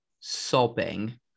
sobbing